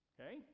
Okay